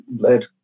Led